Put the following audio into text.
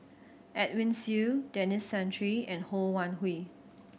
Edwin Siew Denis Santry and Ho Wan Hui